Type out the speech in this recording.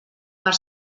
per